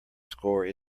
score